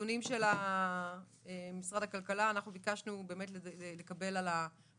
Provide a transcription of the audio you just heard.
בנתונים של משרד הכלכלה אנחנו ביקשנו באמת לקבל מידע על ההכשרות.